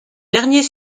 dernier